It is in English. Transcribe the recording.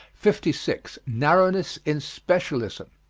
fifty six. narrowness in specialism.